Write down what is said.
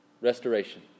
Restoration